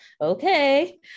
Okay